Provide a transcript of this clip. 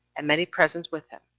and many presents with him,